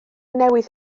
newydd